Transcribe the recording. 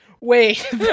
Wait